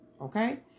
Okay